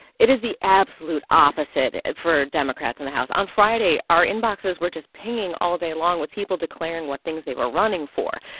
it is the absolute opposite for democrats in the house. on friday, our inboxes were just pinging all day long with people declaring what things they were running for.